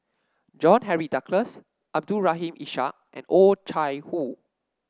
John Henry Duclos Abdul Rahim Ishak and Oh Chai Hoo